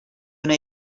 una